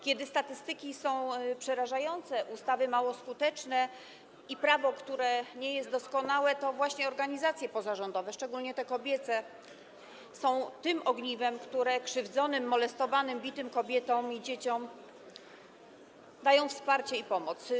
Kiedy statystyki są przerażające, ustawy mało skuteczne, a prawo nie jest doskonałe, to właśnie organizacje pozarządowe, szczególnie te kobiece, są tym ogniwem, które krzywdzonym, molestowanym, bitym kobietom i dzieciom daje wsparcie i pomoc.